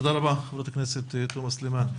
תודה רבה, חברת הכנסת תומר סלימאן.